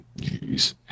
Jeez